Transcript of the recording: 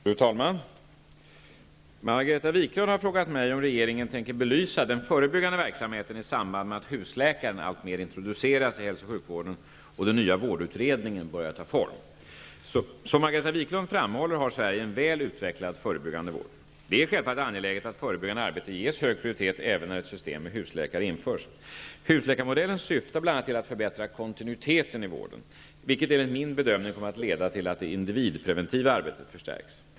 Fru talman! Margareta Viklund har frågat mig om regeringen tänker belysa den förebyggande verksamheten i samband med att husläkare alltmer introduceras i hälso och sjukvården och den nya vårdutredningen börjar ta form. Som Margareta Viklund framhåller har Sverige en väl utvecklad förebyggande vård. Det är självfallet angeläget att förebyggande arbete ges hög prioritet även när ett system med husläkare införs. Husläkarmodellen syftar bl.a. till att förbättra kontinuiteten i vården, vilket enligt min bedömning kommer att leda till att det individpreventiva arbetett förstärks.